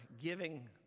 giving